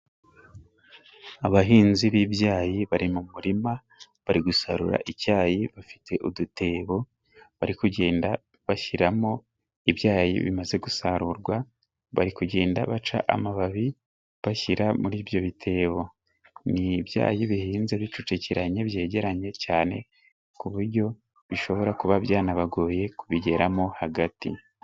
Abahinzi b'ibyayi bari mu murima bari gusarura icyayi bafite udutebo bari kugenda bashyiramo ibyayi bimaze gusarurwa, bari kugenda baca amababi bashyira muri ibyo bitebo. Ni ibyayi bihinze bicukiranye byegeranye cyane ku buryo bishobora kuba byanabagoye kubigeramo hagati.